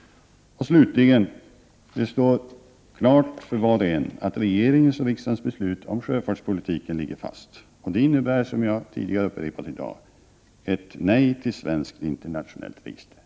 Slutligen! Det står klart för var och en att regeringens och riksdagens beslut om sjöfartspolitiken ligger fast, och det innebär — som jag tidigare i dag har upprepat — ett nej till ett svenskt internationellt register.